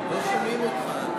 לא שומעים אותך.